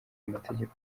amategeko